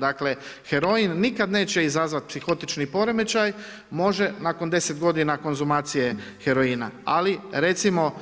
Dakle heroin nikad neće izazvati psihotični poremećaj, može nakon 10 godina konzumacije heroina ali recimo